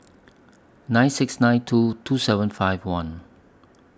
nine six nine two two seven five one